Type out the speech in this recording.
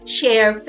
share